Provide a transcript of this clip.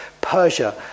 Persia